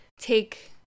take